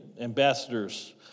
ambassadors